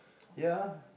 ya